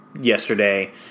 yesterday